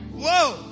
whoa